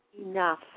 enough